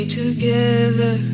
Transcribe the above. together